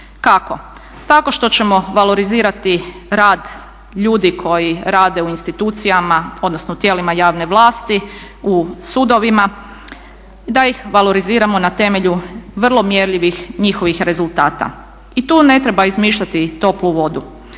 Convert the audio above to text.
Kako? Tako što ćemo valorizirati rad ljudi koji rade u institucijama odnosno u tijelima javne vlasti, u sudovima, da ih valoriziramo na temelju vrlo mjerljivih njihovih rezultata i tu ne treba izmišljati toplu vodu.